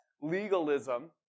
legalism